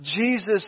Jesus